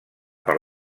per